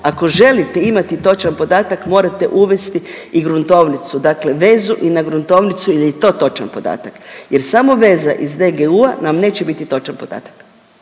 ako želite imati točan podatak morate uvesti i gruntovnicu, dakle vezu i na gruntovnicu jel je to točan podatak jer samo veza iz DGU-a nam neće biti točan podatak.